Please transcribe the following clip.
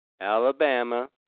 Alabama